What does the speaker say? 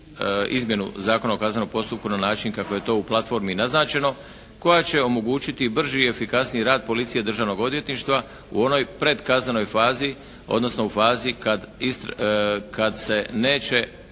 izmjenu Zakona o kaznenom postupku na način kako je to u platformi naznačeno koja će omogućiti brži i efikasniji rad Policije i Državnog odvjetništva u onoj predkaznenoj fazi odnosno u fazi kad se neće